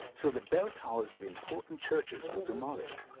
so the bell towers of important churches were demolished.